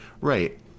Right